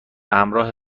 همراه